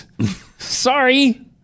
Sorry